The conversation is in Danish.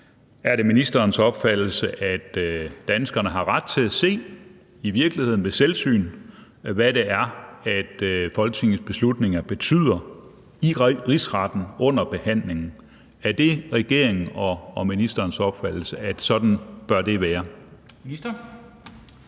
Er det ministerens opfattelse, at danskerne har ret til i virkeligheden og ved selvsyn at se, hvad det er, Folketingets beslutninger betyder i Rigsretten, under behandlingen? Er det regeringen og ministerens opfattelse, at sådan bør det være? Kl.